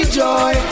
joy